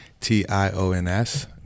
T-I-O-N-S